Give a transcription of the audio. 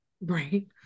Right